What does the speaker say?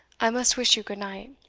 i must wish you good-night.